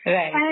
Right